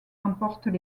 emportent